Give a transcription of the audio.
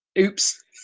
Oops